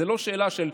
זו לא שאלה של,